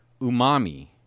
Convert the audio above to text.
umami